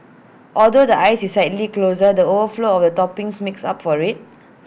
although the ice is slightly coarser the overflow of toppings makes up for IT